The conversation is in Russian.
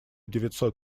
девятьсот